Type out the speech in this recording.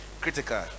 critical